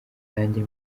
nanjye